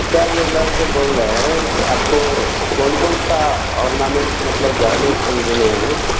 jewellers से बोल रहे हैं आपको कौन कौनसा ऑर्नामेंट्स मतलब गहने खरीदने हैं